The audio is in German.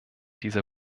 diese